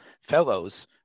fellows